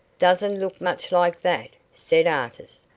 doesn't look much like that, said artis.